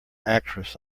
actress